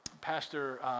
Pastor